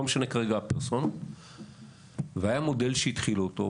לא משנה כרגע ה --- והיה מודל שהתחילו אותו,